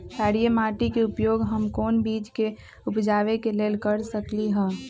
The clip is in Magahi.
क्षारिये माटी के उपयोग हम कोन बीज के उपजाबे के लेल कर सकली ह?